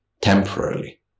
temporarily